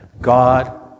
God